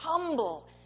humble